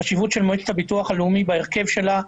החשיבות של מועצת הביטוח הלאומי בהרכב שלה,